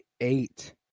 eight